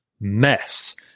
mess